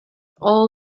all